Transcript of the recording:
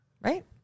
Right